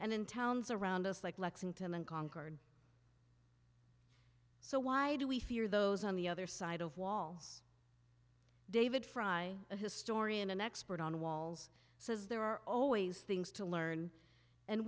in towns around us like lexington and concord so why do we fear those on the other side of walls david frei a historian an expert on walls says there are always things to learn and